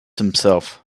himself